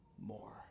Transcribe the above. more